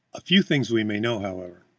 a few things we may know, however.